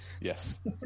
yes